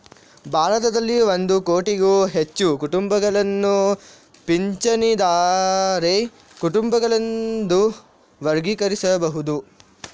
ಭಾರತದಲ್ಲಿ ಒಂದು ಕೋಟಿಗೂ ಹೆಚ್ಚು ಕುಟುಂಬಗಳನ್ನು ಪಿಂಚಣಿದಾರ ಕುಟುಂಬಗಳೆಂದು ವರ್ಗೀಕರಿಸಬಹುದು